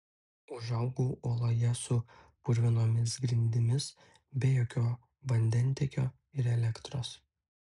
užaugau oloje su purvinomis grindimis be jokio vandentiekio ir elektros